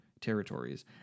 territories